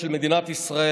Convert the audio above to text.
אדוני ראש הממשלה,